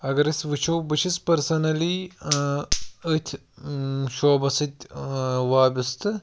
اگر أسۍ وُچھو بہٕ چھُس پٔرسٕنٔلی ٲں أتھۍ شعبَس سۭتۍ ٲں وابستہٕ